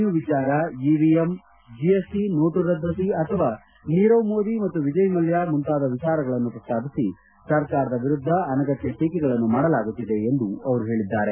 you ವಿಚಾರ EVM GST note ರದ್ದತಿ ಅಥವಾ ನೀರವ್ ಮೋದಿ ಮತ್ತು ವಿಜಯ್ ಮಲ್ಹ ಮುಂತಾದ ವಿಚಾರಗಳನ್ನು ಪ್ರಸ್ತಾಪಿಸಿ ಸರ್ಕಾರದ ವಿರುದ್ದ ಅನಗತ್ತ ಟೀಕೆಗಳನ್ನು ಮಾಡಲಾಗುತ್ತಿದೆ ಎಂದು ಅವರು ಹೇಳಿದ್ದಾರೆ